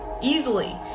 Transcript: easily